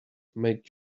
make